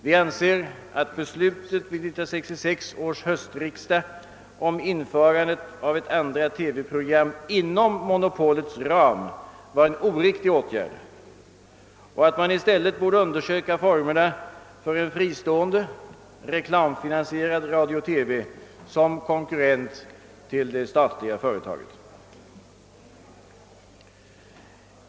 Vi anser att beslutet vid 1966 års höstriksdag om införandet av ett andra TV program inom monopolets ram var en oriktig åtgärd och att man i stället borde undersöka formerna för en fristående, reklamfinansierad radio-TV såsom konkurrent till det statliga företaget.